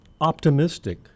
Optimistic